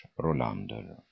Rolander